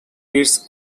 its